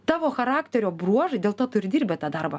tavo charakterio bruožai dėl to tu ir dirbi tą darbą